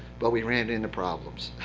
but we ran into problems.